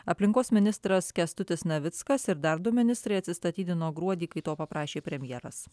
aplinkos ministras kęstutis navickas ir dar du ministrai atsistatydino gruodį kai to paprašė premjeras